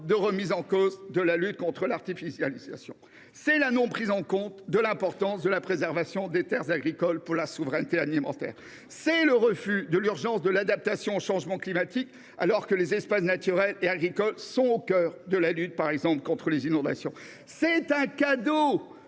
de remise en cause de la lutte contre l’artificialisation ? La non prise en compte de l’importance de la préservation des terres agricoles pour la souveraineté alimentaire, … Non !… le refus de l’urgence de l’adaptation au changement climatique, alors que les espaces naturels et agricoles sont au cœur de la lutte contre les inondations. C’est un cadeau